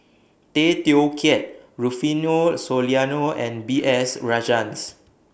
Tay Teow Kiat Rufino Soliano and B S Rajhans